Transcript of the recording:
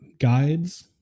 guides